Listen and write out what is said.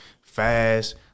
fast